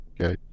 Okay